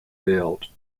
built